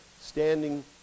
standing